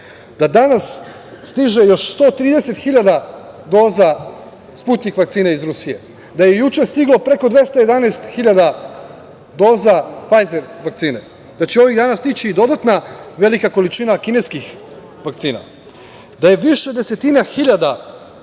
da danas stiže još 130 hiljada doza Sputnjik vakcine iz Rusije, da je juče stiglo preko 211 hiljada doza Fajzer vakcine, da će ovih dana stići i dodatna velika količina kineskih vakcina, da je više desetina hiljada